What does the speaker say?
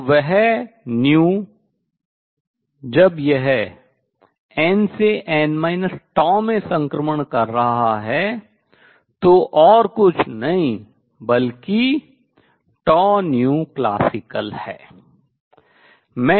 तो वह जब यह n से n τ में संक्रमण कर रहा है तो और कुछ नहीं बल्कि classical है